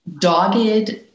dogged